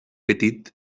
petit